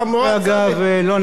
לא נחשב פרסומת תת-ספית,